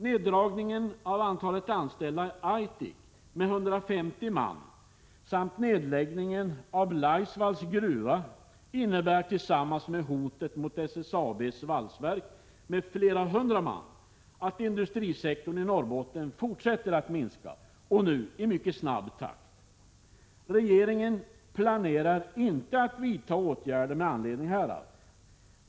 Neddragningen av antalet anställda i Aitik med 150 man samt nedläggningen av Laisvalls gruva innebär, tillsammans med hotet mot SSAB:s valsverk med flera hundra man, att industrisektorn i Norrbotten fortsätter att minska i mycket snabb takt. Regeringen planerar inte att vidta åtgärder med anledning härav.